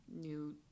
new